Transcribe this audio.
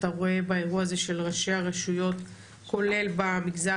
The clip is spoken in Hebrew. אתה רואה באירוע הזה של ראשי הרשויות כולל במגזר